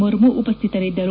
ಮುರ್ಮು ಉಪಸ್ಟಿತರಿದ್ದರು